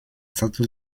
stato